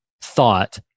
thought